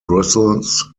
brussels